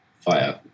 Fire